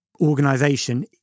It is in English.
organization